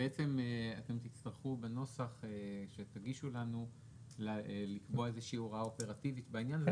אז אתם תצטרכו בנוסח שתגישו לנו לקבוע הוראה אופרטיבית בעניין.